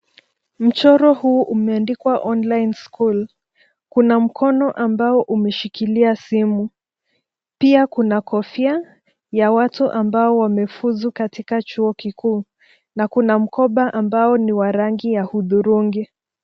Mchoro huu umeandikwa online school kuna mkono ambao umeshikilia simu pia kuna kofia ya watu ambao wamefuzu katika chuo kikuu na kuna mkoba ambao ni wa rangi ya hudhurungi.